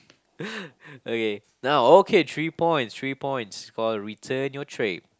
okay now okay three points three points for return your trays